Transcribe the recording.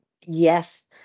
yes